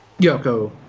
Yoko